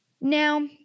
Now